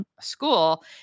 school